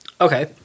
Okay